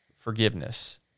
forgiveness